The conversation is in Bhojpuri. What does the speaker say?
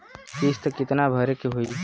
किस्त कितना भरे के होइ?